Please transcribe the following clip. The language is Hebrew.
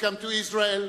Welcome to Israel,